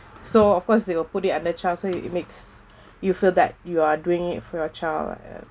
so of course they will put it under child so it it makes you feel that you are doing it for your child ah